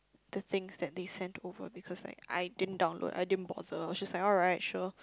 the things that they sent over because like I didn't download I didn't bother I was just like alright sure